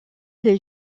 les